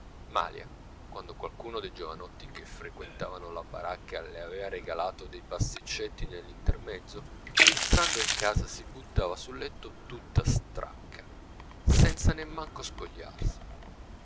malia quando qualcuno dei giovanotti che frequentavano la baracca le avea regalato dei pasticcetti nell'intermezzo entrando in casa si buttava sul letto tutta stracca senza nemmanco spogliarsi